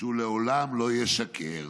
שהוא לעולם לא ישקר.